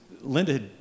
Linda